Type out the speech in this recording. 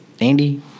Andy